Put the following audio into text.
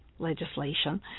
legislation